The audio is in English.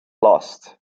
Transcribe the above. lost